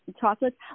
chocolates